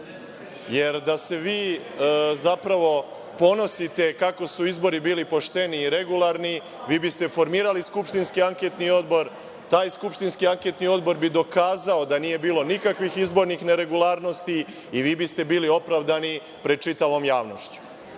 Jer, da se vi zapravo ponosite kako su izbori bili pošteni i regularni, vi biste formirali skupštinski anketni odbor, koji bi dokazao da nije bilo nikakvih izbornih neregularnosti i vi biste bili opravdani pred čitavom javnošću. Isto